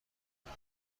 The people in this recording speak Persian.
کنم